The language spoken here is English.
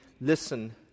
listen